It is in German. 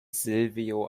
silvio